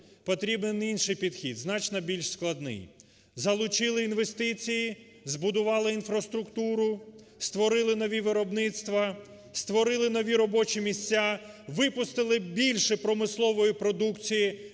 Потрібен інший підхід, значно більш складний: залучили інвестиції, збудували інфраструктуру, створили нові виробництва, створили нові робочі місця – випустили більше промислової продукції;